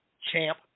champ